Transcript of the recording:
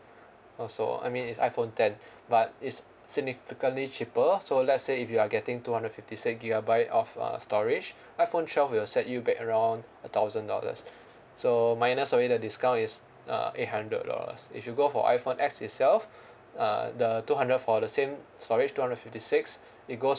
also I mean it's iPhone ten but it's significantly cheaper so let's say if you are getting two hundred fifty six gigabyte of uh storage iPhone twelve will set you back around a thousand dollars so minus away the discount it's uh eight hundred dollars if you go for iPhone X itself uh the two hundred for the same storage two hundred fifty six it goes